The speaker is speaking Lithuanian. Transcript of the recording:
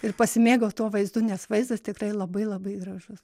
ir pasimėgaut tuo vaizdu nes vaizdas tikrai labai labai gražus